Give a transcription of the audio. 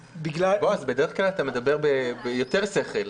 -- בועז, בדרך כלל אתה מדבר ביותר שכל.